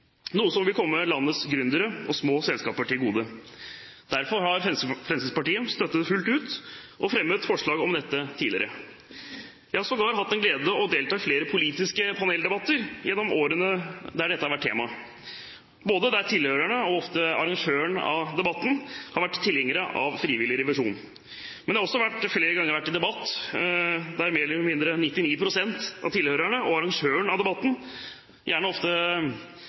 noe som vil komme landets gründere og små selskaper til gode. Derfor har Fremskrittspartiet støttet dette fullt ut og har fremmet forslag om det tidligere. Jeg har sågar hatt den glede gjennom årene å delta i flere politiske paneldebatter der dette har vært tema, og der tilhørerne og ofte arrangøren av debatten har vært tilhengere av frivillig revisjon. Men jeg har også flere ganger vært i debatt der mer eller mindre 99 pst. av tilhørerne, og arrangøren av debatten – ofte